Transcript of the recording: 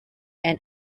and